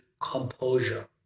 composure